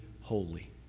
holy